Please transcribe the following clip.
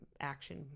action